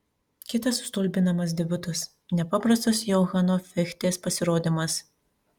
kitas stulbinamas debiutas nepaprastas johano fichtės pasirodymas